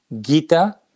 Gita